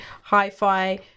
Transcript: hi-fi